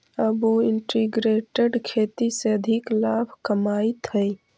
अब उ इंटीग्रेटेड खेती से अधिक लाभ कमाइत हइ